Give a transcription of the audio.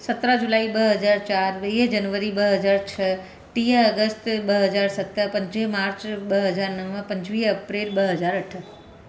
सतरहां जुलाई ॿ हज़ार चार वीह जनवरी ॿ हज़ार छह टीह अगस्त ॿ हज़ार सत पंजवीह मार्च ॿ हज़ार नव पंजवीह अप्रेल ॿ हज़ार अठ